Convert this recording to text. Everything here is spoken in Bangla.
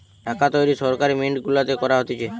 টাকা তৈরী সরকারি মিন্ট গুলাতে করা হতিছে